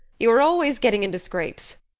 you were always getting into scrapes.